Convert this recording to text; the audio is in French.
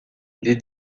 les